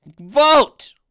vote